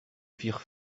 firent